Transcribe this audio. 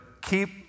keep